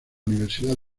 universidad